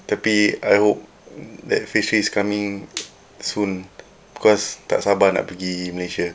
tapi I hope that phase three is coming soon because tak sabar nak pergi malaysia